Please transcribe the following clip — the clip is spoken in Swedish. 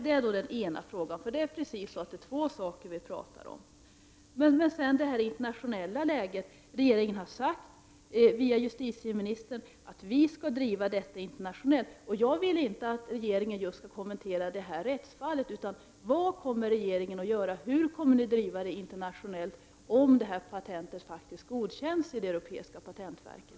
Detta är den ena frågan. Det är ju två saker som vi pratar om. När det gäller det internationella läget har regeringen sagt, via justitieministern, att vi skall driva detta internationellt. Jag vill inte att regeringen skall kommentera just det rättsfall som jag har tagit upp. Jag vill veta vad regeringen kommer att göra. Hur kommer ni att driva frågan internationellt, om detta patent faktiskt godkänns i det europeiska patentverket?